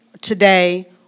today